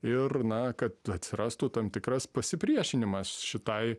ir na kad atsirastų tam tikras pasipriešinimas šitai